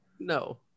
No